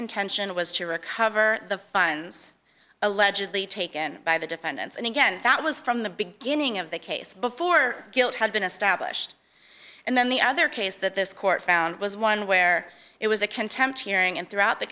intention was to recover the funds allegedly taken by the defendants and again that was from the beginning of the case before guilt had been established and then the other case that this court found was one where it was a contempt hearing and throughout the